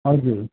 हजुर